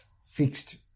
fixed